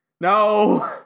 no